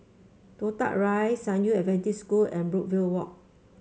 Toh Tuck Rise San Yu Adventist School and Brookvale Walk